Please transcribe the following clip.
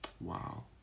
Wow